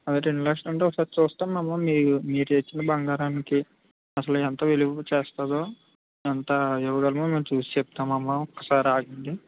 అది రెండులక్షలు అంటే ఒకసారి చూస్తాము అమ్మ మీరు మీరు తెచ్చిన బంగారానికి అసలు ఎంత విలువ చేస్తుందో ఎంత ఇవ్వగలమో మేము చూసి చెప్తాము అమ్మ ఒకసారి ఆగండి